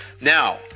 now